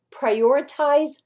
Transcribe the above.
prioritize